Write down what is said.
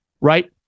right